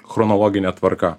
chronologine tvarka